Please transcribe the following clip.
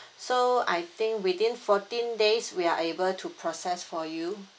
so I think within fourteen days we are able to process for you